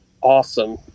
awesome